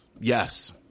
Yes